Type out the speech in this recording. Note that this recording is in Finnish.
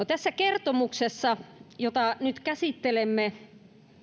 tässä kertomuksessa jota nyt käsittelemme